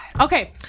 Okay